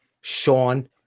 Sean